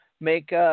make